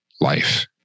life